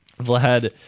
Vlad